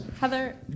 Heather